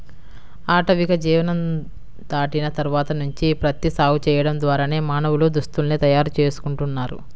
ఆటవిక జీవనం దాటిన తర్వాత నుంచి ప్రత్తి సాగు చేయడం ద్వారానే మానవులు దుస్తుల్ని తయారు చేసుకుంటున్నారు